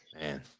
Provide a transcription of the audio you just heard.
Man